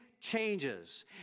changes